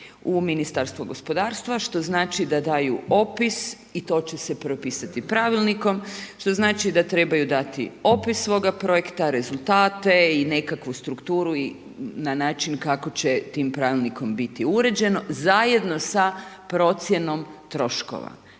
u Ministarstvo gospodarstva, što znači da daju opis i to će se propisati pravilnikom. Što znači da trebaju dati opis svoga projekta, rezultate i nekakvu strukturu i na način kako će tim pravilnikom biti uređeno zajedno sa procjenom troškova.